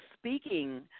speaking